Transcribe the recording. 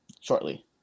shortly